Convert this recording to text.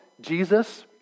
Jesus